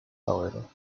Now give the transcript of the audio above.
however